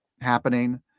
happening